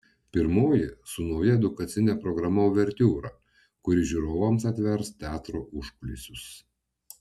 pirmoji su nauja edukacine programa uvertiūra kuri žiūrovams atvers teatro užkulisius